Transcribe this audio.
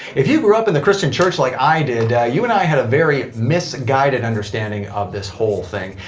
if you grew up in the christian church like i did, you and i had a very misguided understanding of this whole thing.